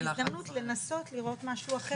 --- וגם הזדמנות לנסות לראות משהו אחר,